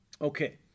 okay